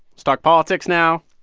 so talk politics now.